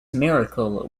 miracle